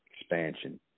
expansion